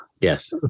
Yes